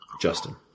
Justin